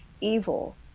evil